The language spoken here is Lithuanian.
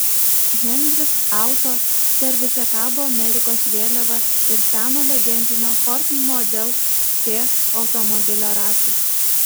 henris auto servise kabo amerikos vėliava ir seno legendinio ford model t automobilio ratas